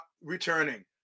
returning